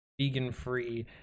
vegan-free